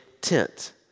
tent